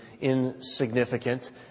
insignificant